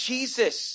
Jesus